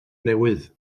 newydd